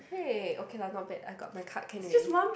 !hey! okay lah not bad I got my card can already